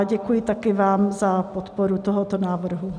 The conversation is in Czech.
Děkuji také vám za podporu tohoto návrhu.